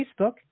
Facebook